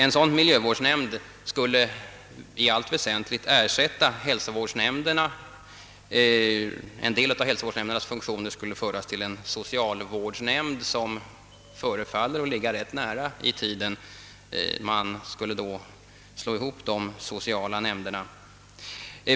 En sådan miljövårdsnämnd skulle i allt väsentligt ersätta hälsovårdsnämnden; en del av dess funktioner skulle då föras till en socialvårdsnämnd, som utgörs av de sammanslagna sociala nämnderna och vars inrättande förefaller ligga rätt nära i tiden.